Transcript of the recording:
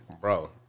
bro